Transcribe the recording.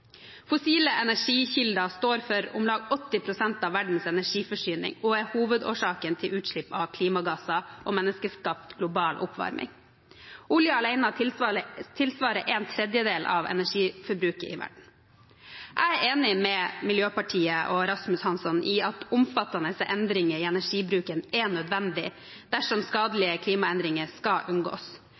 Fossile energikilder står for om lag 80 pst. av verdens energiforsyning og er hovedårsaken til utslipp av klimagasser og menneskeskapt global oppvarming. Olje alene tilsvarer en tredjedel av energiforbruket i verden. Jeg er enig med Miljøpartiet De Grønne og Rasmus Hansson i at omfattende endringer i energibruken er nødvendig dersom skadelige klimaendringer skal unngås.